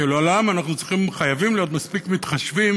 שלעולם אנחנו חייבים להיות מספיק מתחשבים